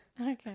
Okay